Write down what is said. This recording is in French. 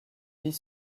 vit